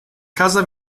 casa